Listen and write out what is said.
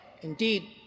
Indeed